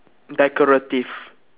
decorative